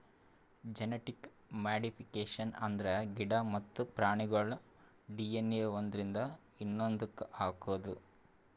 genetic modification ಅಂದ್ರ ಗಿಡ ಮತ್ತ್ ಪ್ರಾಣಿಗೋಳ್ ಡಿ.ಎನ್.ಎ ಒಂದ್ರಿಂದ ಇನ್ನೊಂದಕ್ಕ್ ಹಾಕದು